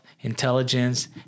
intelligence